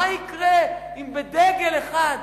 מה יקרה אם בדגל אחד,